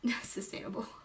sustainable